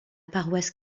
paroisse